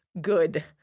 good